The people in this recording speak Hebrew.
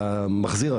אתה מחזיר,